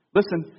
listen